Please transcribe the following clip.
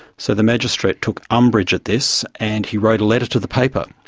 so the magistrate took umbrage at this and he wrote a letter to the paper.